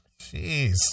Jeez